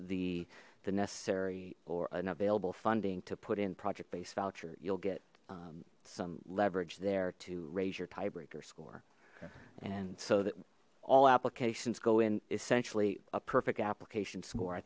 the the necessary or an available funding to put in project based voucher you'll get some leverage there to raise your tiebreaker score and so that all applications go in essentially a perfect application score i